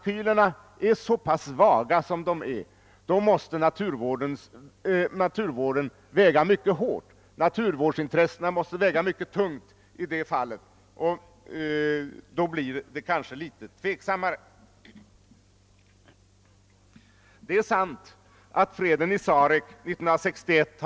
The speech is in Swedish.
Innan jag går vidare bör jag kanske ta upp en sak som framfördes i polemik mot fru Sundberg. Det gäller avvägningen mellan oljekraft och vattenkraft, där vattenkraften ju har så gott som bara fördelar.